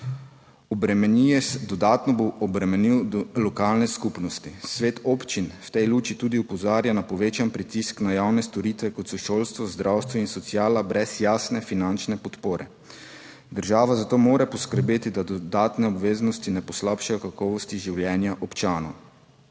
Dodatno bo obremenil lokalne skupnosti. Svet občin v tej luči tudi opozarja na povečan pritisk na javne storitve, kot so šolstvo, zdravstvo in sociala, brez jasne finančne podpore. Država zato mora poskrbeti, da dodatne obveznosti ne poslabšajo kakovosti življenja občanov.